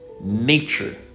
nature